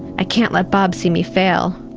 i can't let bob see me fail,